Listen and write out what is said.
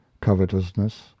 covetousness